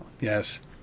Yes